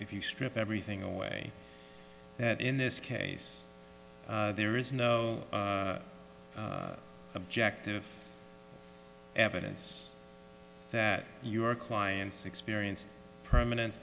if you strip everything away that in this case there is no objective evidence that your clients experienced permanent